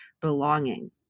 belonging